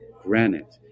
granite